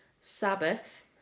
sabbath